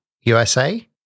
USA